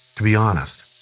to be honest,